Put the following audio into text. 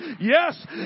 Yes